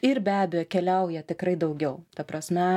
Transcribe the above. ir be abejo keliauja tikrai daugiau ta prasme